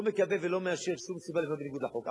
לא מקבל ולא מאשר שום סיבה לבנות בניגוד לחוק,